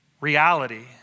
reality